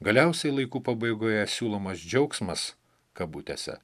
galiausiai laikų pabaigoje siūlomas džiaugsmas kabutėse